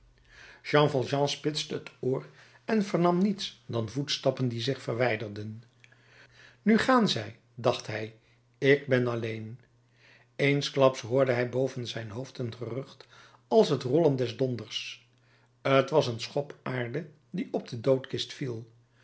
jean valjean spitste het oor en vernam niets dan voetstappen die zich verwijderden nu gaan zij dacht hij ik ben alleen eensklaps hoorde hij boven zijn hoofd een gerucht als het rollen des donders t was een schop aarde die op de doodkist viel